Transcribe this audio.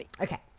Okay